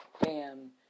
bam